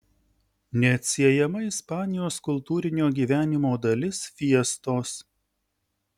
neatsiejama ispanijos kultūrinio gyvenimo dalis fiestos